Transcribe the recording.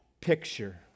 picture